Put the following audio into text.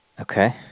Okay